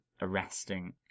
arresting